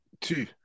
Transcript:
two